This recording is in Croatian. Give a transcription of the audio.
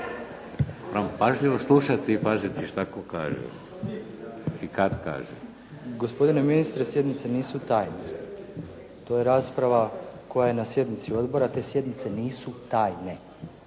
pažljivo slušati i paziti šta tko kaže i kad kaže. **Dragovan, Igor (SDP)** Gospodine ministre, sjednice nisu tajne. To je rasprava koja je na sjednici odbora, te sjednice nisu tajne.